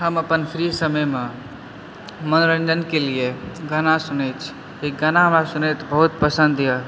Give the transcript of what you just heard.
हम अपन फ्री समयमे मनोरंजनके लिय गाना सुनैत छी गाना हमरा सुनैत बहुत पसन्दए